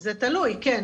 זה תלוי, כן.